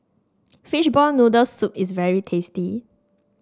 Fishball Noodle Soup is very tasty